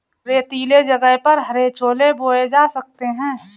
रेतीले जगह पर हरे छोले बोए जा सकते हैं